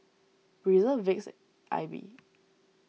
Breezer Vicks Aibi